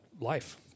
life